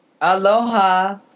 Aloha